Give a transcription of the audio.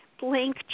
blank